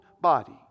body